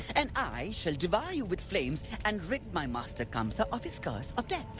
and i shall devour you with flames and rid my master kamsa of his curse of death.